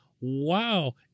wow